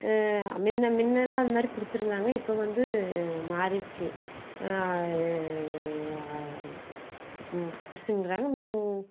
மின்ன முன்னெல்லாம் அது மாதிரி பிடிச்சுருந்தாங்க இப்போ வந்து மாறிடுச்சு அது பிடிச்சுன்னுக்குறாங்க மின்